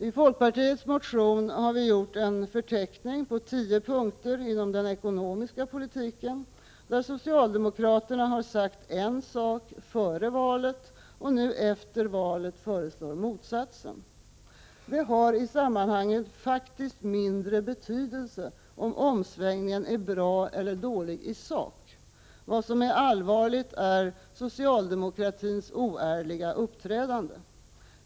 I folkpartiets motion har vi gjort en förteckning på tio punkter inom den ekonomiska politiken där socialdemokraterna sagt en sak före valet och nu efter valet föreslår motsatsen. Det har i sammanhanget faktiskt mindre betydelse om omsvängningen är bra eller dålig i sak — vad som är allvarligt är socialdemokratins oärliga uppträdande.